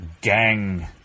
gang